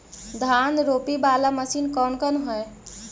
धान रोपी बाला मशिन कौन कौन है?